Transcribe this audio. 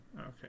Okay